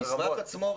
במסמך עצמו,